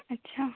अच्छा